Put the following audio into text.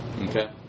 Okay